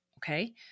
Okay